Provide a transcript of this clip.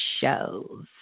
shows